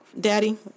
Daddy